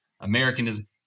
Americanism